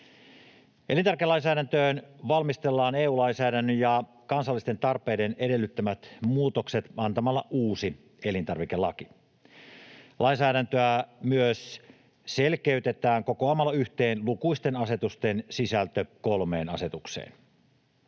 Elintarvikelainsäädäntöön valmistellaan EU-lainsäädännön ja kansallisten tarpeiden edellyttämät muutokset antamalla uusi elintarvikelaki. Lainsäädäntöä myös selkeytetään kokoamalla yhteen lukuisten asetusten sisältö kolmeen asetukseen.